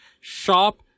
shop